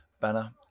banner